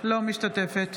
אינה משתתפת